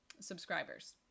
subscribers